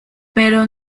pero